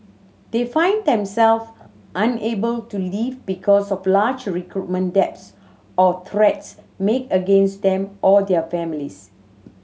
they find them self unable to leave because of large recruitment debts or threats made against them or their families